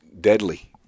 deadly